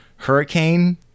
Hurricane